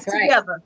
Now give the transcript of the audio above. together